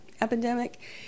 epidemic